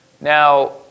Now